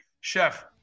chef